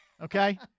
Okay